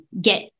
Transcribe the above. get